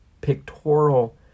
pictorial